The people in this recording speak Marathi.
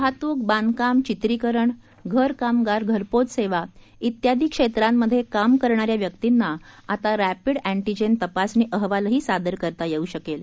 वाहतूक बांधकाम चित्रीकरण घरकामगार घरपोच सेवा तियादी क्षेत्रांमध्ये काम करणाऱ्या व्यक्तींना आता रॅपिड अँटीजेन तपासणी अहवालही सादर करता येऊ शकेल